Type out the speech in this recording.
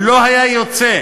אם לא היה יוצא,